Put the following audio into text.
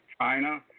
China